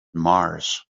mars